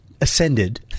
ascended